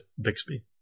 Bixby